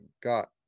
got